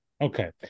Okay